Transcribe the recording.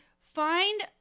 find